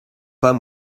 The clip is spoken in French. pas